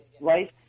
right